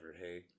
Hey